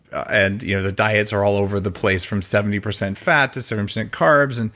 and you know the diets are all over the place from seventy percent fat to seven percent carbs. and